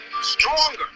stronger